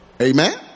Amen